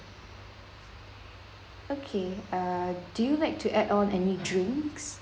okay uh do you like to add on any drinks